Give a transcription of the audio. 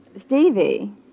Stevie